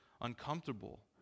uncomfortable